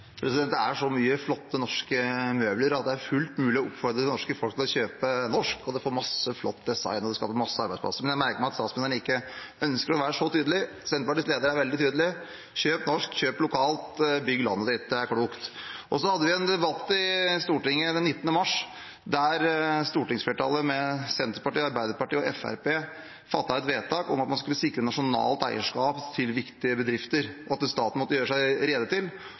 er så mye flotte norske møbler, at det er fullt mulig å oppfordre det norske folk til å kjøpe norsk, og du får masse flott design, og det skaper masse arbeidsplasser. Men jeg merker meg at statsministeren ikke ønsker å være så tydelig. Senterpartiets leder er veldig tydelig: Kjøp norsk, kjøp lokalt, bygg landet ditt. Det er klokt. Vi hadde en debatt i Stortinget den 19. mars, der stortingsflertallet med Senterpartiet, Arbeiderpartiet og Fremskrittspartiet fattet et vedtak om at man skulle sikre nasjonalt eierskap til viktige bedrifter, og at staten måtte gjøre seg rede til